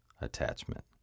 attachment